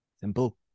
Simple